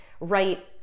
Right